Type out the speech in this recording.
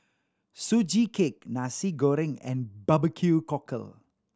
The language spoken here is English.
Sugee Cake Nasi Goreng and barbecue cockle